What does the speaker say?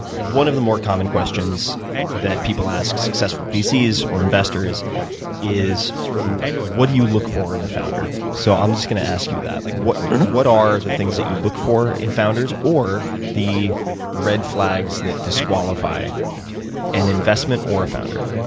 one of the more common questions that people ask successful vcs or investors is what do you look for in a founder. so i'm just going to ask you that. like what what are the things that you look for in founders, or the red flags that disqualify an investment or a founder.